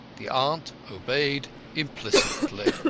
the aunt obeyed implicitly.